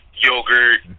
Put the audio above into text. yogurt